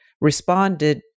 responded